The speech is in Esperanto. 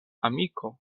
amiko